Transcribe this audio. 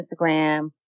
Instagram